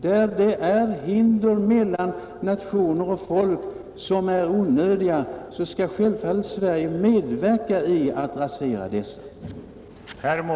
Där det finns onödiga hinder mellan nationer och folk skall självfallet Sverige medverka till att rasera dessa.